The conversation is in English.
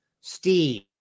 Steve